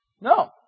No